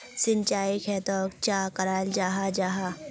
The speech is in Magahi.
सिंचाई खेतोक चाँ कराल जाहा जाहा?